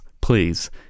please